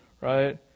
Right